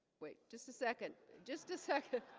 wait just a second just a second